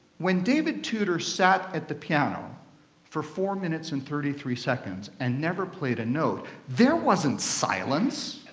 when david tudor sat at the piano for four minutes and thirty three seconds and never played a note, there wasn't silence.